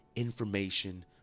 information